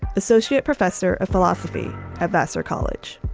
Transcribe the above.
associate professor of philosophy at vassar college.